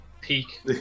Peak